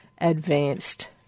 advanced